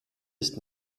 ist